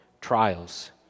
trials